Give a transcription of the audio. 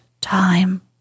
time